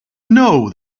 know